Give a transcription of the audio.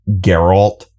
Geralt